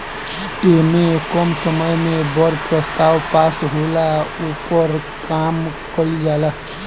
ऐमे कम समय मे बड़ प्रस्ताव पास होला, ओपर काम कइल जाला